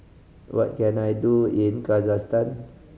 what can I do in Kazakhstan